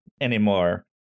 anymore